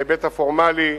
בהיבט הפורמלי,